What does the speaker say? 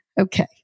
Okay